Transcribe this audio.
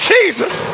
Jesus